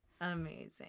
amazing